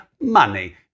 money